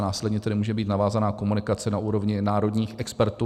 Následně tedy může být navázaná komunikace na úrovni národních expertů.